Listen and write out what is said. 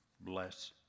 bless